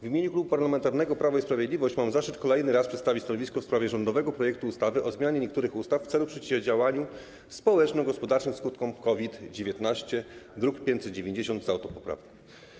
W imieniu Klubu Parlamentarnego Prawo i Sprawiedliwość mam zaszczyt kolejny raz przedstawić stanowisko w sprawie rządowego projektu ustawy o zmianie niektórych ustaw w celu przeciwdziałania społeczno-gospodarczym skutkom COVID-19, druk nr 590 z autopoprawką.